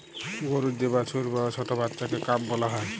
গরুর যে বাছুর বা ছট্ট বাচ্চাকে কাফ ব্যলা হ্যয়